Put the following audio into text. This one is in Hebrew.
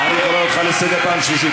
אני קורא אותך לסדר פעם שלישית.